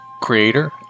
creator